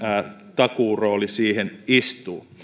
takuurooli siihen istuu